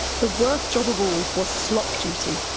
the worst job of all was slop duty,